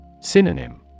Synonym